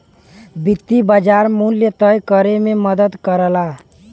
वित्तीय बाज़ार मूल्य तय करे में मदद करला